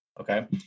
Okay